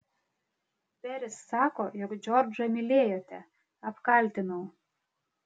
peris sako jog džordžą mylėjote apkaltinau